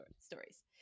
stories